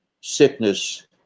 sickness